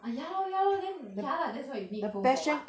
ah ya lor ya lor then ya lah that's why you need phone for what